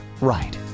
right